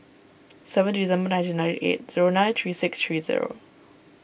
seventeen December nineteen ninety eight zero nine three six three zero